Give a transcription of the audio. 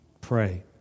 Pray